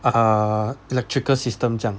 uh electrical system 这样